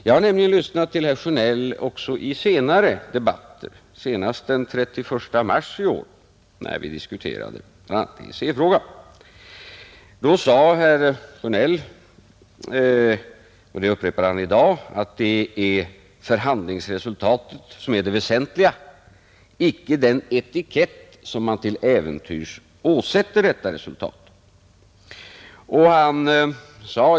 Jag har nämligen lyssnat till herr Sjönell också i senare debatter, senast den 31 mars i år när vi diskuterade bl.a. EEC-frågan. Då sade herr Sjönell — och det upprepar han i dag — att förhandlingsresultatet är det väsentliga, icke den etikett som man till äventyrs åsätter detta resultat.